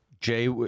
Jay